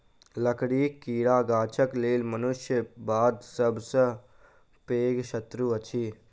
लकड़ीक कीड़ा गाछक लेल मनुष्य बाद सभ सॅ पैघ शत्रु अछि